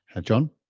John